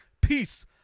Peace